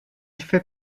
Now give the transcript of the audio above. fait